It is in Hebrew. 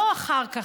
לא אחר כך,